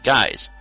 Guys